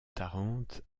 tarente